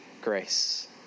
grace